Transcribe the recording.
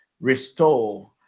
restore